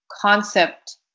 concept